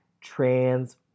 trans